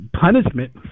punishment